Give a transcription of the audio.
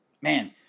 Man